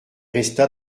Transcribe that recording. resta